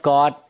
God